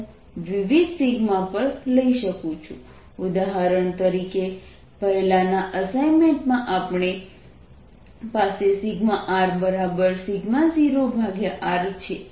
હું વિવિધ પણ લઈ શકું છું ઉદાહરણ તરીકે પહેલાના અસાઇનમેન્ટમાં આપણી પાસે 0r છે